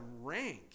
rank